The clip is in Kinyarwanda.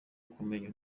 kumenya